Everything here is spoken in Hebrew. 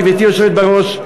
גברתי היושבת בראש,